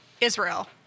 Israel